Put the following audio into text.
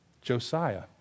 Josiah